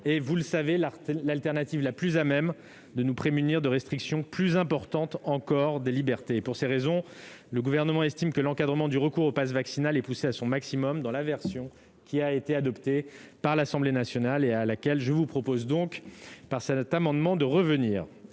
vaccinal est la solution la plus à même de nous prémunir de restrictions plus importantes encore des libertés. Pour ces raisons, le Gouvernement estime que l'encadrement du recours à ce dispositif est poussé à son maximum dans la version adoptée par l'Assemblée nationale, à laquelle je vous propose donc, par cet amendement, de revenir.